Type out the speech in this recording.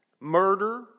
murder